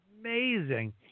Amazing